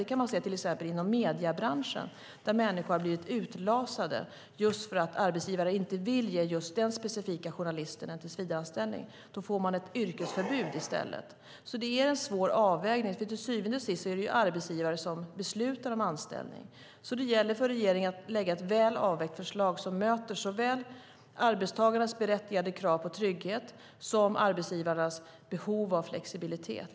Det kan man se inom till exempel mediebranschen, där människor har blivit utlasade just för att arbetsgivare inte vill ge just den specifika journalisten en tillsvidareanställning. Då får man ett yrkesförbud i stället. Det är en svår avvägning, för till syvende och sist är det ju arbetsgivare som beslutar om anställning. Det gäller alltså för regeringen att lägga fram ett väl avvägt förslag som möter såväl arbetstagarnas berättigade krav på trygghet som arbetsgivarnas behov av flexibilitet.